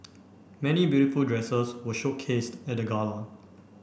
many beautiful dresses were showcased at the gala